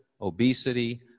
obesity